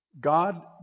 God